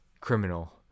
criminal